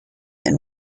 and